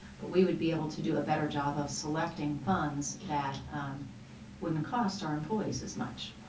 but we would be able to do a better job of selecting funds that wouldn't cost our employees as much,